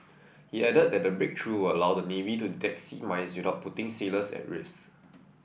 he added that the breakthrough will allow the navy to detect sea mines without putting sailors at risk